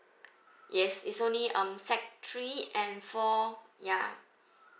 yes it's only um sec three and four ya